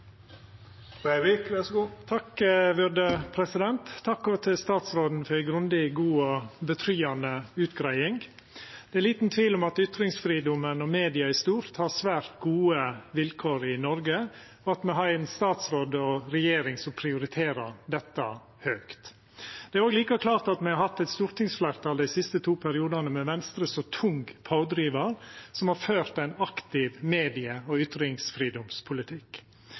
utgreiing. Det er liten tvil om at ytringsfridomen og media i stort har svært gode vilkår i Noreg, og at me har ein statsråd og ei regjering som prioriterer dette høgt. Det er òg like klart at me har hatt eit stortingsfleirtal dei siste to periodane – med Venstre som tung pådrivar – som har ført ein aktiv medie- og ytringsfridomspolitikk.